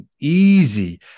Easy